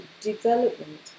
development